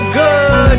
good